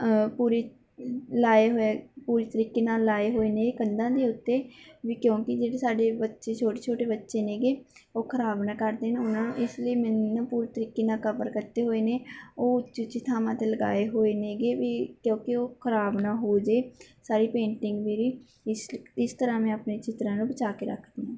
ਪੂਰੇ ਲਗਾਏ ਹੋਏ ਪੂਰੇ ਤਰੀਕੇ ਨਾਲ ਲਗਾਏ ਹੋਏ ਨੇ ਕੰਧਾਂ ਦੇ ਉੱਤੇ ਵੀ ਕਿਉਂਕਿ ਜਿਹੜੀ ਸਾਡੇ ਬੱਚੇ ਛੋਟੇ ਛੋਟੇ ਬੱਚੇ ਹੈਗੇ ਉਹ ਖਰਾਬ ਨਾ ਕਰ ਦੇਣ ਉਹਨਾਂ ਨੂੰ ਇਸ ਲਈ ਮੈਨੂੰ ਪੂਰੇ ਤਰੀਕੇ ਨਾਲ ਕਵਰ ਕੀਤੇ ਹੋਏ ਨੇ ਉਹ ਉੱਚੀ ਉੱਚੀ ਥਾਵਾਂ 'ਤੇ ਲਗਾਏ ਹੋਏ ਹੈਗੇ ਵੀ ਕਿਉਂਕਿ ਉਹ ਖਰਾਬ ਨਾ ਹੋ ਜਾਏ ਸਾਰੀ ਪੇਂਟਿੰਗ ਮੇਰੀ ਇਸ ਲਈ ਇਸ ਤਰ੍ਹਾਂ ਮੈਂ ਆਪਣੇ ਚਿੱਤਰਾਂ ਨੂੰ ਬਚਾ ਕੇ ਰੱਖਦੀ ਹਾਂ